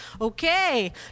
okay